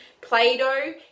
Play-Doh